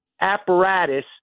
apparatus